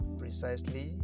precisely